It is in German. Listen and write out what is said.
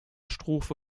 strophe